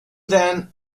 then